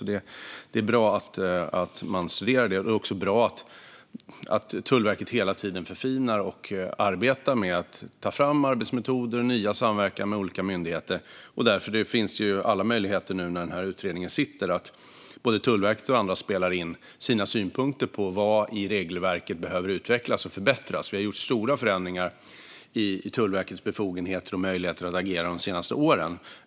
Det är bra att man studerar detta. Det är också bra att Tullverket hela tiden förfinar och tar fram nya arbetsmetoder och ny samverkan med olika myndigheter. Det finns ju alla möjligheter för både Tullverket och andra att till utredningen spela in sina synpunkter på vad i regelverket som behöver utvecklas och förbättras. Vi har gjort stora förändringar i Tullverkets befogenheter och möjligheter att agera de senaste åren.